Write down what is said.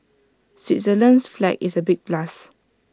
Switzerland's flag is A big plus